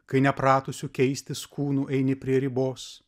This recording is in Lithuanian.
kai nepratusiu keistis kūnu eini prie ribos